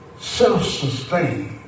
self-sustained